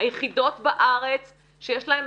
היחידות בארץ שיש להן